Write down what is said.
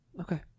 Okay